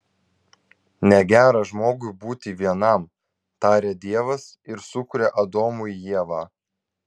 negera žmogui būti vienam taria dievas ir sukuria adomui ievą